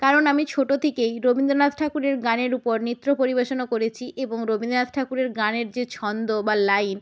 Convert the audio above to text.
কারণ আমি ছোটো থেকেই রবীন্দ্রনাথ ঠাকুরের গানের উপর নৃত্য পরিবেশনও করেছি এবং রবীন্দ্রনাথ ঠাকুরের গানের যে ছন্দ বা লাইন